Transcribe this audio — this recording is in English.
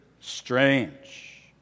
strange